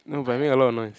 no but you make a lot of noise